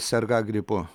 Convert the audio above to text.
sergą gripu